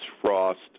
frost